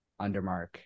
Undermark